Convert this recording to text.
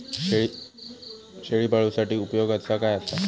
शेळीपाळूसाठी उपयोगाचा काय असा?